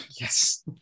Yes